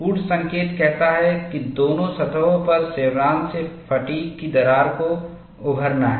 कूट संकेत कहता है कि दोनों सतहों पर शेवरॉन से फ़ैटिग् की दरार को उभरना है